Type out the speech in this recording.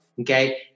okay